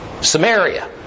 Samaria